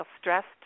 stressed